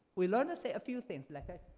we learn to say a few things like ah